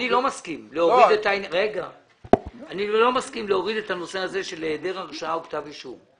אני לא מסכים להוריד את הנושא הזה של היעדר הרשעה או כתב אישום.